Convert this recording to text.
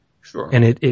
sure